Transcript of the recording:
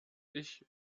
ich